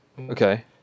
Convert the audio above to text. okay